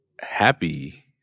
happy